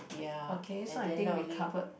okay so I think we covered